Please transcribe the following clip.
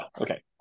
Okay